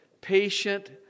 patient